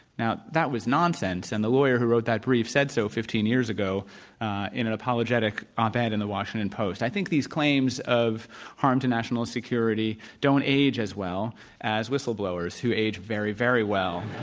now, that was nonsense. and the lawyer who wrote that brief said so fifteen years ago in an apologetic op ed in the washington post. i think he's claims of harm to national security don't age as well as whistleblowers who age very, very well.